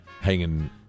hanging